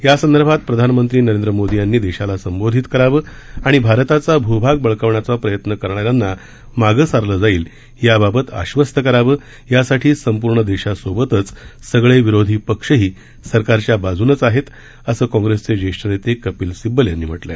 यासंदर्भात प्रधानमंत्री नरेंद्र मोदी यांनी देशाला संबोधित करावं आणि भारताचा भूभाग बळकवण्याचा प्रयत्न करणाऱ्यांना मागे सारलं जाईल याबाबत आश्वस्त करावं यासाठी संपूर्ण देशासोबतच सगळे विरोधी पक्षही सरकारच्या बाजूनंच आहेत असं काँप्रेसचे जेष्ठ नेते कबील सिब्बल यांनी म्हटलं आहे